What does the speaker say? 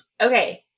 Okay